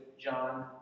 John